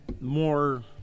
More